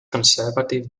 conservative